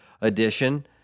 edition